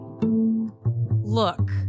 Look